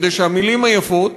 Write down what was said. כדי שהמילים היפות